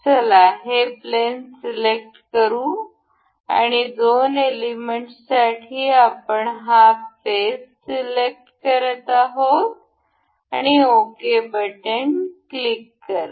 चला हे plane select करू आणि दोन एलिमेंट्ससाठी आपण हा फेस सिलेक्ट करत आहोत आणि ओके बटन क्लिक करा